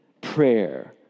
prayer